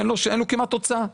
אין לו כמעט הוצאה.